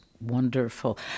wonderful